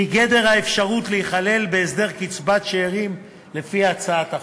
מגדר האפשרות להיכלל בהסדר קצבת השאירים לפי הצעת החוק.